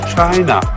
China